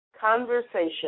conversation